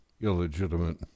illegitimate